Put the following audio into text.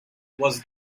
was